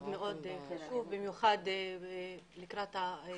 יש תופעה שהיא מאוד מדאיגה וכולנו נהיה